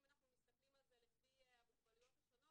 אם אנחנו מסתכלים על זה לפי המוגבלויות השונות,